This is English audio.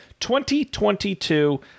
2022